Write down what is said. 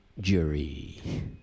Jury